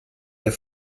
der